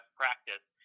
practice